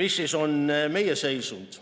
Milline on meie seisund?